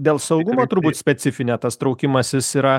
dėl saugumo turbūt specifinė tas traukimasis yra